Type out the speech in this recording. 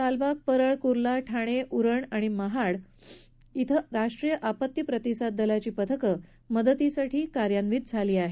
लालबाग परळ कुर्ला ठाणे उरण महाड िक्व राष्ट्रीय आपत्ती प्रतिसाद दलाची पथक मदतीसाठी कार्यान्वित झाली आहेत